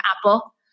Apple